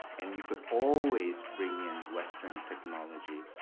and you could always bring in western technology,